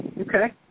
Okay